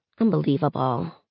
Unbelievable